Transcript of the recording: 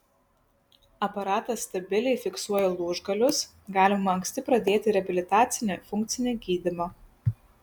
aparatas stabiliai fiksuoja lūžgalius galima anksti pradėti reabilitacinį funkcinį gydymą